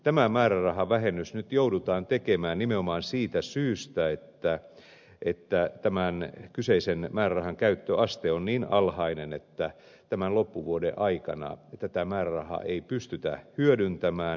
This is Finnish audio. tämä määrärahavähennys joudutaan nyt tekemään nimenomaan siitä syystä että kyseisen määrärahan käyttöaste on niin alhainen että tämän loppuvuoden aikana tätä määrärahaa ei pystytä hyödyntämään